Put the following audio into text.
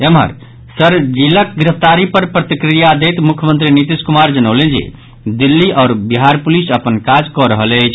एम्हर शरजीलक गिरफ्तारीक पर प्रतिक्रिया दैत मुख्यमंत्री नीतीश कुमार जनौलनि जे दिल्ली आओर बिहार पुलिस अपन काज कऽ रहल अछि